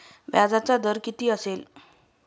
व्याजाचा दर किती असेल?